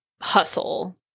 hustle